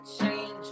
change